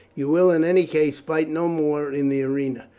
you will in any case fight no more in the arena.